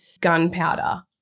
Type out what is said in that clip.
gunpowder